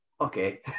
Okay